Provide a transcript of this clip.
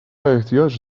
احتیاج